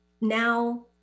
now